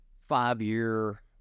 five-year